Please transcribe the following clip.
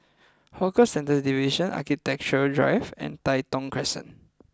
Hawker Centres Division Architecture Drive and Tai Thong Crescent